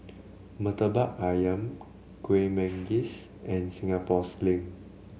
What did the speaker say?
Murtabak ayam Kuih Manggis and Singapore Sling